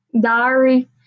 diary